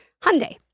Hyundai